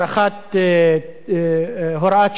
והארכת הוראת השעה.